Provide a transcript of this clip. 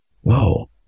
whoa